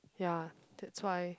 ya that's why